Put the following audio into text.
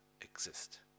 exist